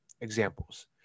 examples